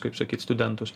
kaip sakyt studentus